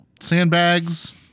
sandbags